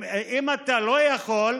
אם אתה לא יכול,